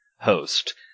host